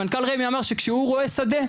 מנכ"ל רמ"י אמר שכשהוא רואה שדה,